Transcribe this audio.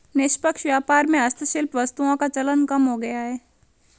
निष्पक्ष व्यापार में हस्तशिल्प वस्तुओं का चलन कम हो गया है